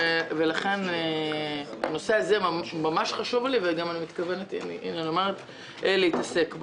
לכן הנושא הזה ממש חשוב לי ואני מתכוונת הנה אני אומרת להתעסק בו.